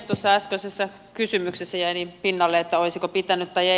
tuossa äskeisessä kysymyksessä jäi pinnalle että olisiko pitänyt vai ei